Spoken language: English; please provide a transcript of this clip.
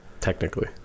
Technically